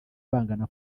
bangana